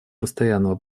постоянного